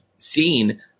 seen